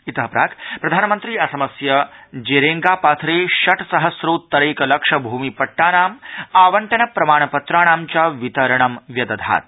इतः प्राक् प्रधानमन्त्री असमस्य जेरेङ्गापाथरे षट्सहस्रोतरैकलक्ष भूमिपट्टानाम् आवण्टन प्रमाणपत्राणां च वितरणं व्यदधात्